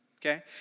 Okay